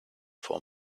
for